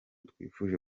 twifuje